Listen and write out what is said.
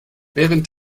während